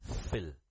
fill